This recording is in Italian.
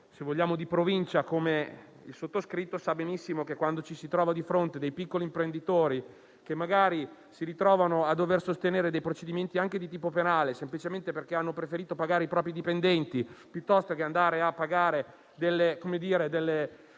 l'avvocato di provincia, come il sottoscritto, sa benissimo cosa significhi trovarsi di fronte a piccoli imprenditori che si ritrovano a dover sostenere dei procedimenti, magari anche di tipo penale, semplicemente perché hanno preferito pagare i propri dipendenti piuttosto che pagare le gabelle